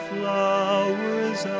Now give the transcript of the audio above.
flowers